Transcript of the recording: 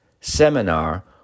seminar